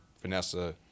Vanessa